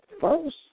first